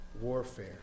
warfare